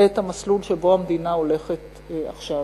את המסלול שבו המדינה הולכת עכשיו.